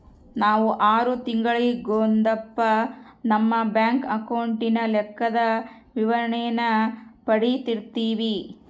ನಾವು ಆರು ತಿಂಗಳಿಗೊಂದಪ್ಪ ನಮ್ಮ ಬ್ಯಾಂಕ್ ಅಕೌಂಟಿನ ಲೆಕ್ಕದ ವಿವರಣೇನ ಪಡೀತಿರ್ತೀವಿ